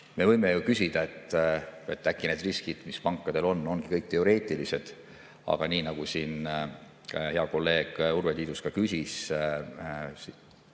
võime ju küsida, et äkki need riskid, mis pankadel on, ongi kõik teoreetilised. Aga nii nagu siin ka hea kolleeg Urve Tiidus küsis